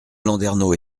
landernau